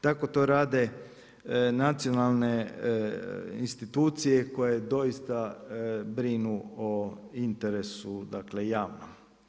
Tako to rade nacionalne institucije koje doista brinu o interesu javnom.